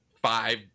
five